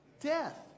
Death